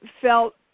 felt